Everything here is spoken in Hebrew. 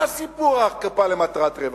מה הסיפור של קופה למטרת רווח?